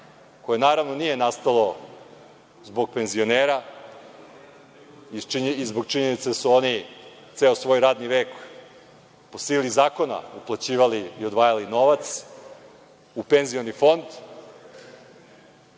koje naravno nije nastalo zbog penzionera i zbog činjenice da su oni ceo svoj radni vek po sili zakona uplaćivali i odvajali novac u penzioni fond.